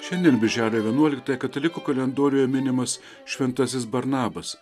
šiandien birželio vienuoliktąją katalikų kalendoriuje minimas šventasis barnabas